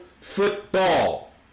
football